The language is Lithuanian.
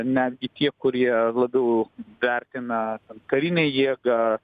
netgi tie kurie labiau vertina karinę jėgą